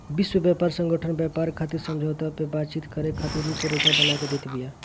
विश्व व्यापार संगठन व्यापार खातिर समझौता पअ बातचीत करे खातिर रुपरेखा बना के देत बिया